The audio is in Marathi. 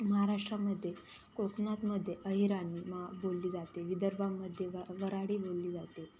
महाराष्ट्रामध्ये कोकणामध्ये अहिराणी मा बोलली जाते विदर्भामध्ये वऱ्हाडी बोलली जाते